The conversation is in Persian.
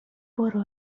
برو